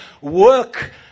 work